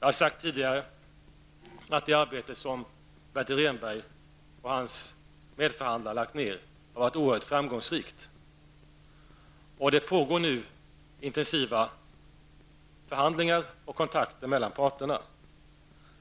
Jag har sagt tidigare att det arbete som Bertil Rehnberg och hans medförhandlare har lagt ner har varit oerhört framgångsrikt. Det pågår nu intensiva förhandlingar och kontakter mellan parterna.